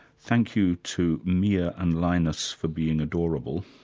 thank you to mia and linus for being adorable,